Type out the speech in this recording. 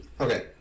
Okay